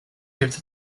gives